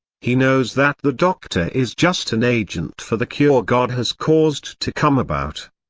he knows that the doctor is just an agent for the cure god has caused to come about.